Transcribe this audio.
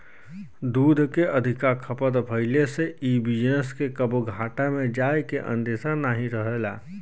दूध के अधिका खपत भइले से इ बिजनेस के कबो घाटा में जाए के अंदेशा नाही रहेला